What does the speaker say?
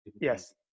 Yes